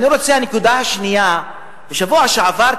נקודה שנייה: בשבוע שעבר,